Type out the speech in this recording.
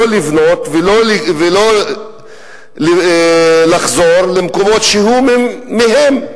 לא לבנות ולא לחזור למקומות שהוא מהם,